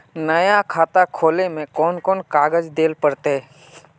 नया खाता खोले में कौन कौन कागज देल पड़ते?